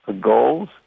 goals